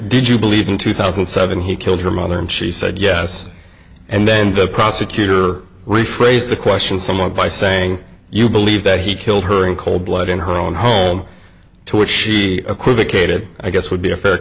did you believe in two thousand and seven he killed her mother and she said yes and then the prosecutor rephrase the question somewhat by saying you believe that he killed her in cold blood in her own home to which she equivocated i guess would be a fair